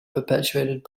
perpetuated